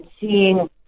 seeing